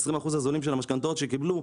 ה-20% הזולים של המשכנתאות שקיבלו.